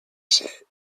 said